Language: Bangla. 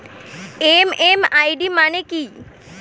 এম.এম.আই.ডি মানে কি?